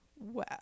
wow